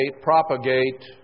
propagate